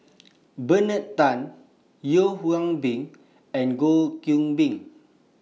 Bernard Tan Yeo Hwee Bin and Goh Qiu Bin